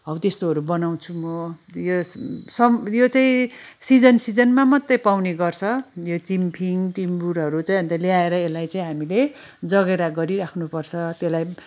हौ त्यस्तोहरू बनाउँछु म यो सम यो चाहिँ सिजन सिजनमा मात्रै पाउने गर्छ यो चिम्फिङ टिम्बुरहरू चाहिँ अन्त ल्याएर यसलाई चाहिँ हामीले जगेरा गरिराख्नु पर्छ त्यसलाई पनि